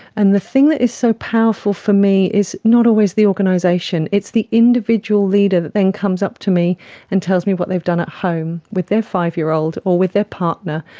and the thing that is so powerful for me is not always the organisation, it's the individual leader who then comes up to me and tells me what they've done at home with their five-year-old or with their partner,